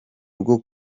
rwo